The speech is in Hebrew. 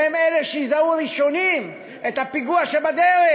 שהם אלה שיזהו ראשונים את הפיגוע שבדרך.